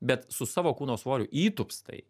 bet su savo kūno svoriu įtūpstai